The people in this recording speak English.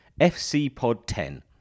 FCPOD10